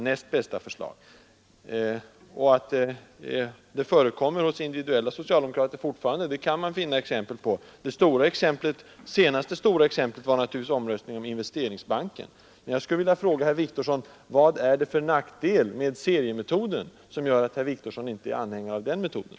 Att denna taktikröstning fortfarande förekommer hos vissa individuella socialdemokrater finns det exempel på. Det senaste stora exemplet var naturligtvis omröstningen om Investeringsbanken. Jag skulle vilja fråga herr Wictorsson: Vad är det för nackdel med seriemetoden, som gör att herr Wictorsson inte är anhängare av den metoden?